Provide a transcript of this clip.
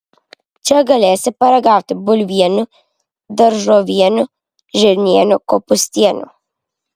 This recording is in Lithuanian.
čia galėsi paragauti bulvienių daržovienių žirnienių kopūstienių